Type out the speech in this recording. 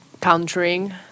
countering